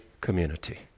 community